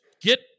get